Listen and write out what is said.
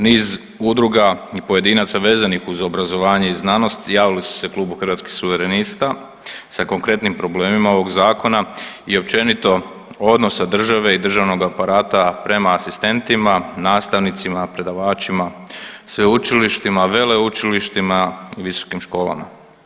Niz udruga i pojedinaca vezanih uz obrazovanje i znanost javili su se Klubu Hrvatskih suverenista sa konkretnim problemima ovog zakona i općenito odnosa države i državnog aparata prema asistentima, nastavnicima, predavačima, sveučilištima, veleučilištima i visokim školama.